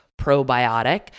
probiotic